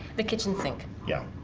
the kitchen sink? yeah,